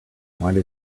might